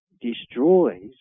destroys